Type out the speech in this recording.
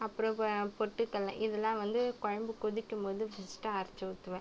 அப்புறம் பொட்டுக்கடல இதெலாம் வந்து குழம்பு கொதிக்கும் போது ஃபஸ்ட்டு அரச்சு ஊற்றுவேன்